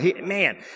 man